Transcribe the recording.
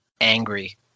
angry